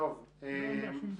תודה,